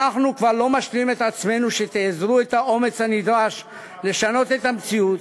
אנחנו כבר לא משלים את עצמנו שתאזרו את האומץ הנדרש לשנות את המציאות.